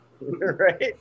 Right